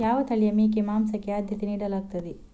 ಯಾವ ತಳಿಯ ಮೇಕೆ ಮಾಂಸಕ್ಕೆ ಆದ್ಯತೆ ನೀಡಲಾಗ್ತದೆ?